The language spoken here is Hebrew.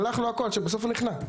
הלך לו הכול שבסוף הוא נכנע.